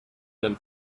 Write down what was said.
than